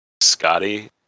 Scotty